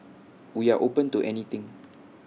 we are open to anything